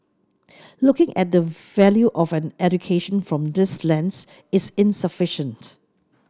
looking at the value of an education from this lens is insufficient